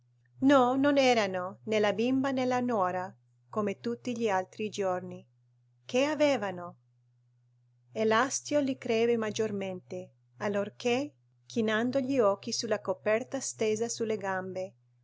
no non erano né la bimba né la nuora come tutti gli altri giorni che avevano e l'astio gli crebbe maggiormente allorché chinando gli occhi sulla coperta stesa sulle gambe